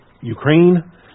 Ukraine